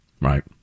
Right